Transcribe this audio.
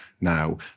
now